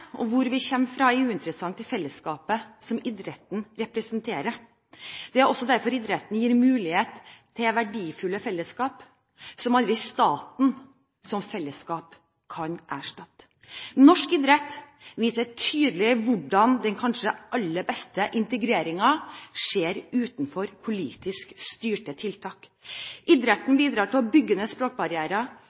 og hvor vi kommer fra, er uinteressant i fellesskapet som idretten representerer. Det er også derfor idretten gir mulighet til verdifulle fellesskap som staten som fellesskap aldri kan erstatte. Norsk idrett viser tydelig hvordan den kanskje aller beste integreringen skjer utenfor politisk styrte tiltak. Idretten bidrar til å bygge ned språkbarrierer,